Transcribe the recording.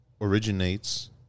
originates